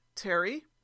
Terry